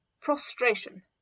prostration